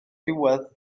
diwedd